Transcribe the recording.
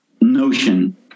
notion